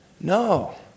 No